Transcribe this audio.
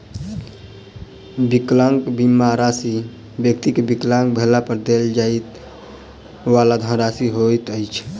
विकलांगता बीमा राशि व्यक्ति के विकलांग भेला पर देल जाइ वाला धनराशि होइत अछि